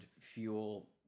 fuel